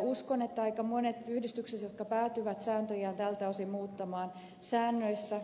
uskon että aika monet yhdistykset jotka päätyvät sääntöjään tältä osin muuttamaan päätyvät säännöissään